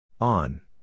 On